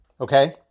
Okay